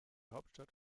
hauptstadt